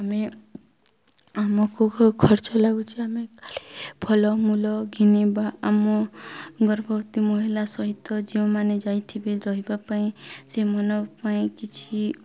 ଆମେ ଆମକୁ ଖର୍ଚ୍ଚ ଲାଗୁଛି ଆମେ ଖାଲି ଫଳ ମୂଳ ଘିନିବା ଆମ ଗର୍ଭବତୀ ମହିଳା ସହିତ ଯେଉଁମାନେ ଯାଇଥିବେ ରହିବା ପାଇଁ ସେମାନ ପାଇଁ କିଛି